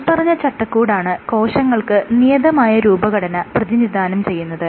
മേല്പറഞ്ഞ ചട്ടക്കൂടാണ് കോശങ്ങൾക്ക് നിയതമായ രൂപഘടന പ്രതിനിധാനം ചെയ്യുന്നത്